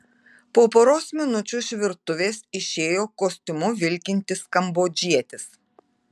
po poros minučių iš virtuvės išėjo kostiumu vilkintis kambodžietis